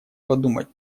подумать